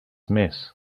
mess